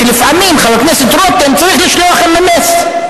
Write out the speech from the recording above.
לפעמים חבר הכנסת רותם צריך לשלוח אם.אם.אס.